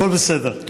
הכול בסדר.